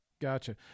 gotcha